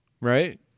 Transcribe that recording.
right